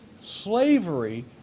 slavery